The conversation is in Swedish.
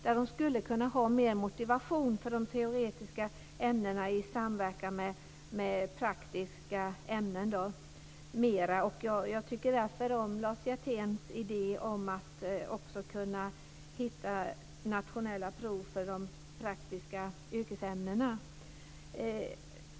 De skulle kunna ha mer motivation för de teoretiska ämnena i samverkan med praktiska ämnen. Jag tycker därför om Lars Hjerténs idé om att man också ska kunna hitta nationella prov för de praktiska yrkesämnena.